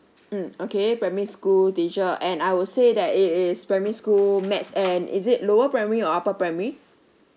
mm okay primary school teacher and I would say that it is primary school math and is it lower primary or upper primary